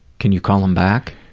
can you call him back?